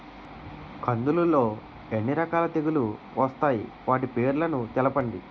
కందులు లో ఎన్ని రకాల తెగులు వస్తాయి? వాటి పేర్లను తెలపండి?